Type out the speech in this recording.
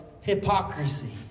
hypocrisy